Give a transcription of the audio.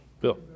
Bill